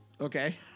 Okay